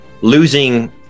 losing